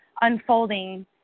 unfolding